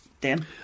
Dan